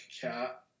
cat